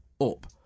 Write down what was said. up